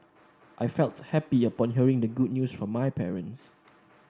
I felt happy upon hearing the good news from my parents